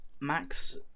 max